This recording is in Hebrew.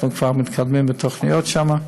אנחנו כבר מתקדמים בתוכניות שם.